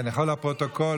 אתה יכול לצרף אותי?